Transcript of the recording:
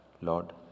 Lord